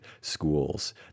schools